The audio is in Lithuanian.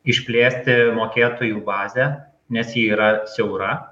išplėsti mokėtojų bazę nes ji yra siaura